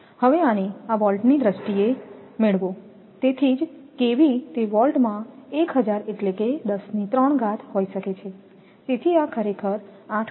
તેથીઅને આ વોલ્ટની દ્રષ્ટિએ છે તેથી જ KV તે વોલ્ટમાં 1000 એટલે કે હોઈ શકે છે તેથી આ ખરેખર 8